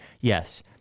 yes